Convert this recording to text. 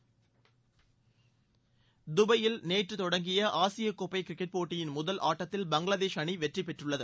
விளையாட்டுச்செய்திகள் தபாயில் நேற்று தொடங்கிய ஆசியக்கோப்பை கிரிக்கெட் போட்டியின் முதல் ஆட்டத்தில் பங்களாதேஷ் அணி வெற்றி பெற்றுள்ளது